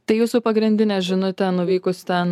tai jūsų pagrindinė žinutė nuvykus ten